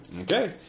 Okay